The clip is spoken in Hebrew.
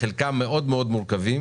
חלקם מאוד מאוד מורכבים,